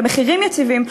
במחירים יציבים,